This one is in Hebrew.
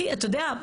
אתה יודע,